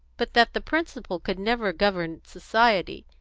but that the principle could never govern society,